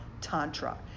Tantra